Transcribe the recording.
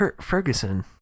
Ferguson